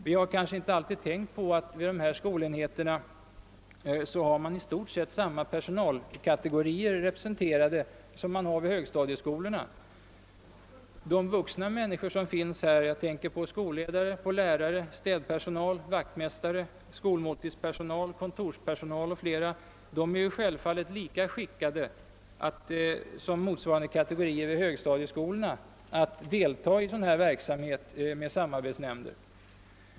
Vi har kanske inte alltid tänkt på att man vid dessa skolenheter har i stort sett samma personalkategorier representerade som vid högstadieskolorna. De vuxna människor som finns här — jag tänker på skolledare, lärare, städpersonal, vaktmästare, skolmåltidspersonal och kontorspersonal — är självfallet lika skickade som motsvarande kategorier vid högstadieskolorna att delta i verksamhet med samarbetsnämnderna.